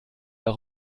auch